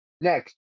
Next